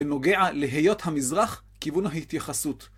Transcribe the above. ונוגע להיות המזרח כיוון ההתייחסות.